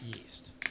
yeast